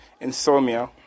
insomnia